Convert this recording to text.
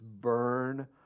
burn